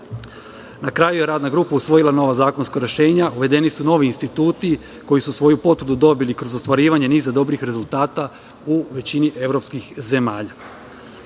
kraju je radna grupa usvojila novo zakonsko rešenje. Uvedeni su novi instituti, koji su svoju potvrdu dobili kroz ostvarivanje niza dobrih rezultata u većini evropskih zemalja.U